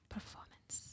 Performance